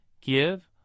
give